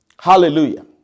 Hallelujah